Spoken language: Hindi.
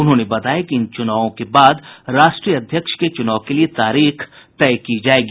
उन्होंने बताया कि इन चुनावों के बाद राष्ट्रीय अध्यक्ष के चुनाव के लिए तारीख तय की जायेगी